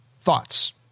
thoughts